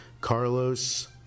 Carlos